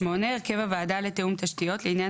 הרכב הוועדה לתיאום תשתיות לעניין